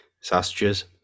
Sausages